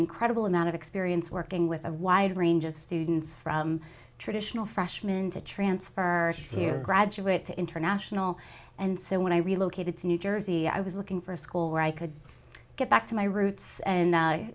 incredible amount of experience working with a wide range of students from traditional freshman to transfer you graduate to international and so when i relocated to new jersey i was looking for a school where i could get back to my roots and